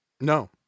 No